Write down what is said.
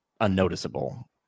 Unnoticeable